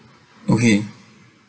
okay